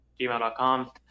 gmail.com